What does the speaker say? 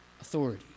authority